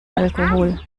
alkohol